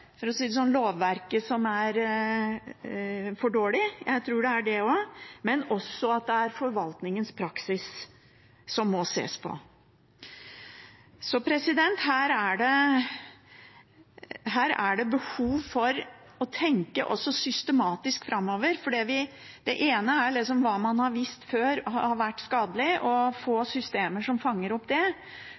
for dårlig, for å si det sånn – jeg tror det er det også – men også at forvaltningens praksis må ses på. Her er det behov for å tenke også systematisk framover. Det ene er hva man før har visst har vært skadelig, og få systemer som fanger opp det,